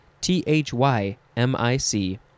T-H-Y-M-I-C